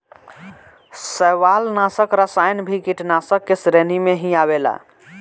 शैवालनाशक रसायन भी कीटनाशाक के श्रेणी में ही आवेला